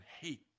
hate